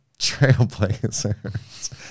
Trailblazers